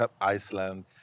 Iceland